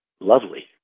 lovely